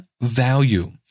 Value